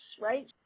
right